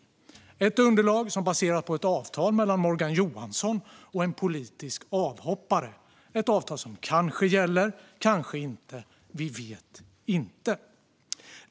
Det handlar om ett underlag som baseras på ett avtal mellan Morgan Johansson och en politisk avhoppare - ett avtal som kanske gäller, kanske inte. Vi vet inte.